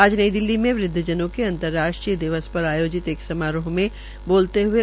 आज नई दिल्ली में वृद्वजनों के अंतर्राष्ट्रीय दिवस पर आयोजित एक समारोह में बोल रहे थे